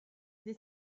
des